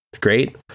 Great